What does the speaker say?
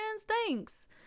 thanks